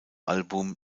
album